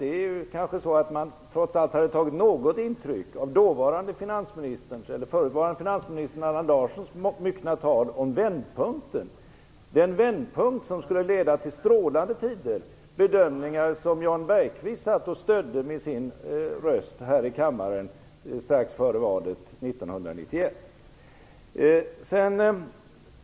Det är löjeväckande därför att man trots allt kanske hade tagit något intryck av förutvarande finansministern Allan Larssons myckna tal om vändpunkten, den vändpunkt som skulle leda till strålande tider. Det var den bedömning som Jan Bergqvist stödde med sin röst här i kammaren strax före valet 1991.